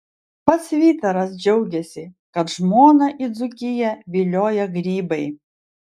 pats vytaras džiaugiasi kad žmoną į dzūkiją vilioja grybai